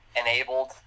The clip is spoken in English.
enabled